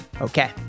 Okay